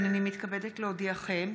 הינני מתכבדת להודיעכם,